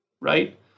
right